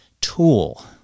tool